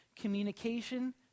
communication